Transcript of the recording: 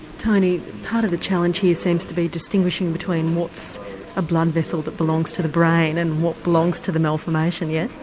tony, part of the challenge here seems to be distinguishing between what's a blood vessel that belongs to the brain and what belongs to the malformation. yes,